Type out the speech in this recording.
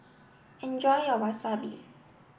enjoy your wasabi